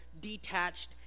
detached